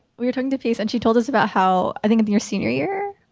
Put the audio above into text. we were talking to peace and she told us about how i think in your senior year,